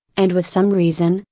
and with some reason,